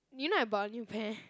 you know I bought a new pair